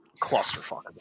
clusterfuck